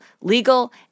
legal